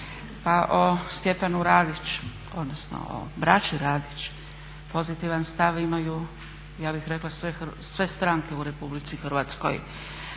Pa o Stjepanu Radiću, odnosno o braći Radić pozitivan stav imaju ja bih rekla sve stranke u RH. I Hrvatski